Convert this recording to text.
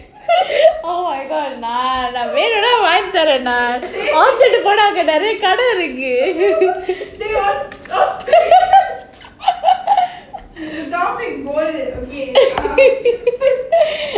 oh my god நான் வேணும்னா வாங்கி தரேன் அங்க நெறய கடை இருக்குது:naan venumna vaangi tharaen anga neraya kadai irukuthu